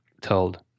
told